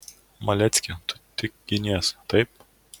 malecki tu tik ginies taip